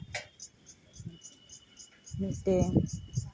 ᱢᱤᱫᱴᱮᱱ